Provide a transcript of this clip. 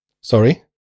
Sorry